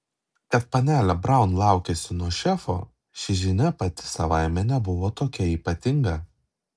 kad panelė braun laukiasi nuo šefo ši žinia pati savaime nebuvo tokia ypatinga